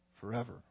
forever